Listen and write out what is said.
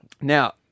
now